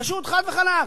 פשוט, חד וחלק.